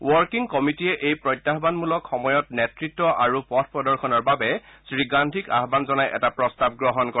working কমিটিয়ে এই প্ৰত্যাহানপূৰ্ণ সময়ত নেতৃত্ব আৰু পথ প্ৰদৰ্শনৰ বাবে শ্ৰীগান্ধীক আহান জনাই এটা প্ৰস্তাৱ গ্ৰহণ কৰে